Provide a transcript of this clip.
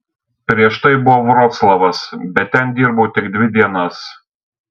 prieš tai buvo vroclavas bet ten dirbau tik dvi dienas